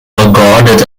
regarded